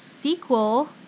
Sequel